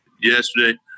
yesterday